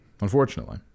unfortunately